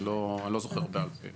אני לא זוכר בעל פה.